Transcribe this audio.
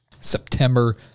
September